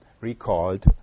recalled